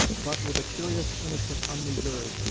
but, with a curious innocent unreserve,